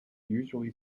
usually